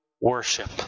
worship